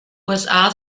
usa